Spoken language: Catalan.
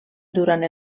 durant